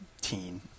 teen